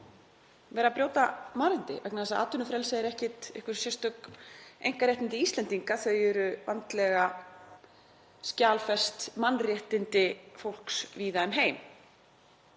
vera að brjóta mannréttindi, vegna þess að atvinnufrelsi er ekki einhver sérstök einkaréttindi Íslendinga. Þau eru vandlega skjalfest mannréttindi fólks víða um heim.